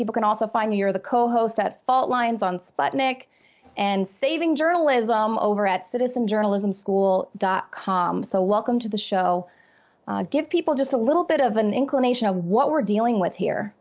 people can also find your the co host at fault lines on sputnik and saving journalism over at citizen journalism school dot com so welcome to the show give people just a little bit of an inclination of what we're dealing with here